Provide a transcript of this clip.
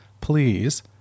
please